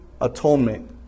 atonement